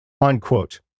unquote